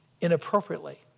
inappropriately